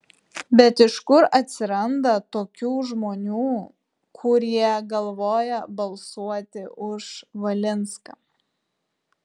bet iš kur atsiranda tokių žmonių kurie galvoja balsuoti už valinską